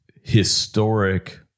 historic